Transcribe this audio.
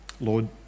Lord